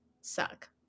suck